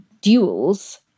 duels